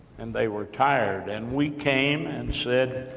and they were tired, and we came and said,